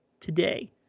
today